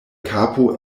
kapo